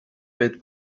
bit